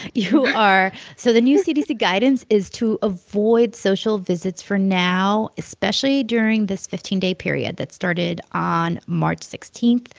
you are so the new cdc guidance is to avoid social visits for now, especially during this fifteen day period that started on march sixteen.